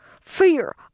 fear